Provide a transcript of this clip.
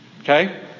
okay